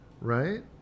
right